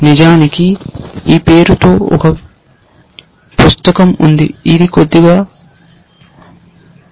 నిజానికి ఈ పేరుతో ఒక పుస్తకం ఉంది ఇది కొద్దిగా పాతది